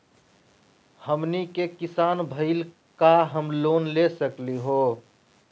हमनी के किसान भईल, का हम लोन ले सकली हो?